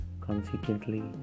consequently